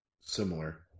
Similar